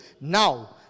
now